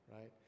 right